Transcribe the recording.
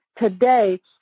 Today